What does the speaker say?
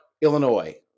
Illinois